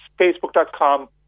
facebook.com